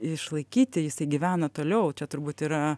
išlaikyti jisai gyvena toliau čia turbūt yra